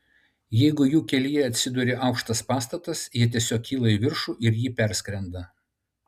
jeigu jų kelyje atsiduria aukštas pastatas jie tiesiog kyla į viršų ir jį perskrenda